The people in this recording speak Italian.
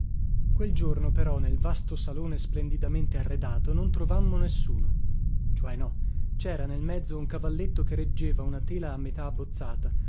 quel giorno però nel vasto salone splendidamente arredato non trovammo nessuno cioè no cera nel mezzo un cavalletto che reggeva una tela a metà abbozzata